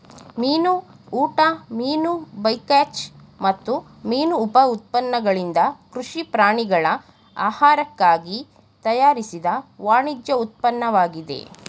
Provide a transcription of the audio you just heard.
ಮೀನು ಊಟ ಮೀನು ಬೈಕಾಚ್ ಮತ್ತು ಮೀನು ಉಪ ಉತ್ಪನ್ನಗಳಿಂದ ಕೃಷಿ ಪ್ರಾಣಿಗಳ ಆಹಾರಕ್ಕಾಗಿ ತಯಾರಿಸಿದ ವಾಣಿಜ್ಯ ಉತ್ಪನ್ನವಾಗಿದೆ